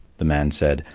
the man said,